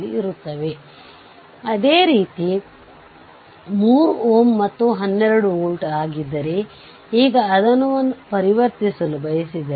ಈಗ ಟರ್ಮಿನಲ್ 1 ಮತ್ತು 2 ನಲ್ಲಿ ವೋಲ್ಟೇಜ್ ಮೂಲ V0 ಅನ್ನು ಅನ್ವಯಿಸಬೇಕು